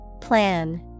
Plan